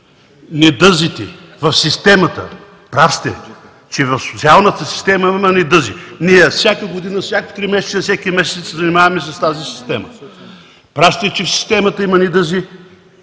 ГЪРНЕВСКИ: ... Прав сте, че в социалната система има недъзи. Ние всяка година, всяко тримесечие, всеки месец се занимаваме с тази система. Прав сте, че в системата има недъзи